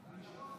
יואב,